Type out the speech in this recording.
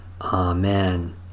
Amen